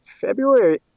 February